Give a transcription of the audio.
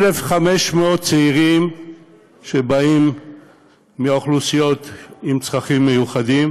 1,500 צעירים שבאים מאוכלוסיות עם צרכים מיוחדים,